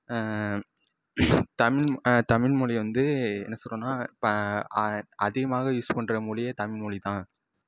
தமிழ் தமிழ்மொழிய வந்து என்ன சொல்றோம்னா இப்ப அதிகமாக யூஸு பண்ற மொழியே தமிழ்மொழி தான்